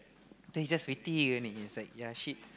then he just waiting only he's like ya shit